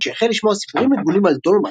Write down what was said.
כשהחל לשמוע סיפורים מגונים על "דולמייט",